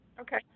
Okay